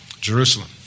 Jerusalem